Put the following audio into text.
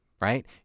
right